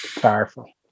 powerful